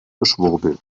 geschwurbel